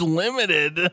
limited